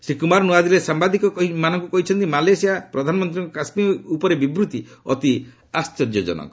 ଶ୍ରୀ କୁମାର ନୂଆଦିଲ୍ଲୀରେ ସାମ୍ଭାଦିକମାନଙ୍କୁ କହିଛନ୍ତି ମାଲେସିଆ ପ୍ରଧାନମନ୍ତ୍ରୀଙ୍କର କାଶ୍କୀର ଉପରେ ବିବୃତ୍ତି ଅତି ଆଶ୍ଚର୍ଯ୍ୟଜନକ